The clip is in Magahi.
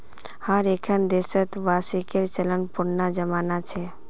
हर एक्खन देशत वार्षिकीर चलन पुनना जमाना छेक